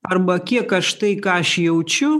arba kiek aš tai ką aš jaučiu